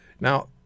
Now